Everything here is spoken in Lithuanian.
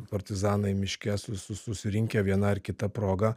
partizanai miške su su susirinkę viena ar kita proga